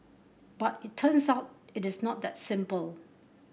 but it turns out it is not that simple